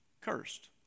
Cursed